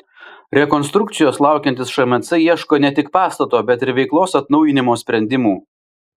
rekonstrukcijos laukiantis šmc ieško ne tik pastato bet ir veiklos atnaujinimo sprendimų